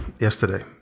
yesterday